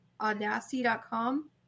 audacity.com